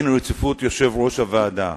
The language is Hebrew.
דין רציפות יושב-ראש הוועדה.